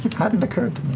hadn't occurred